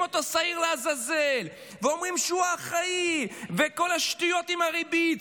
אותו שעיר לעזאזל ואומרים שהוא האחראי וכל השטויות עם הריבית,